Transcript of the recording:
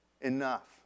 Enough